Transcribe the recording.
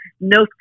No